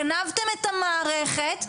גנבתם את המערכת,